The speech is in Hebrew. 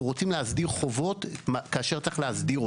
אנחנו רוצים להסדיר חובות, כאשר צריך להסדיר אותם.